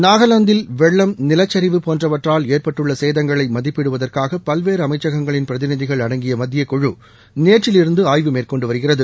நாகாவாந்தில் வெள்ளம் நிலச்சரிவு போன்றவற்றால் ஏற்பட்டுள்ள சேதங்களை மதிப்பிடுவதற்காக பல்வேறு அமைச்சகங்ளின் பிரதிநிதிகள் அடங்கிய மத்திய குழு நேற்றிலிருந்து ஆய்வு மேற்கொண்டு வருகிறது